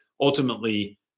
ultimately